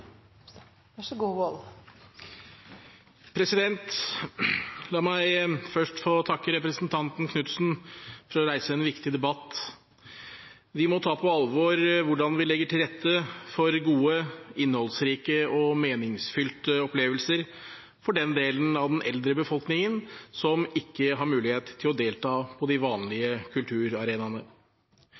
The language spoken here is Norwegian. alvor. Så får også vi som er her, i fellesskap, ta med flere gode innspill som måtte dukke opp, og sørge for at det vil blomstre mer overalt. La meg først få takke representanten Knutsen for å reise en viktig debatt. Vi må ta på alvor hvordan vi legger til rette for gode, innholdsrike og meningsfylte opplevelser for den delen av